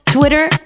Twitter